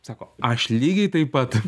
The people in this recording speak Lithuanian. sako aš lygiai taip pat